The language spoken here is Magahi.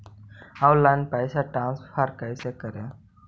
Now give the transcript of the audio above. ऑनलाइन पैसा ट्रांसफर कैसे करे?